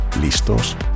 ¿Listos